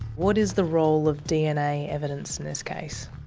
what is the role of dna evidence in this case?